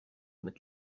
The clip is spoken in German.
mit